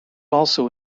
also